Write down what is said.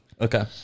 Okay